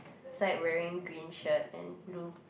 side wearing green shirt and blue